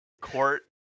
court